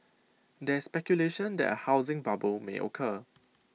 there is speculation that A housing bubble may occur